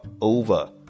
over